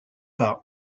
par